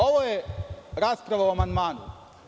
Ovo je rasprava o amandmanu.